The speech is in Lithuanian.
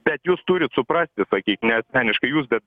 bet jūs turit suprasti sakykim ne asmeniškai jūs bet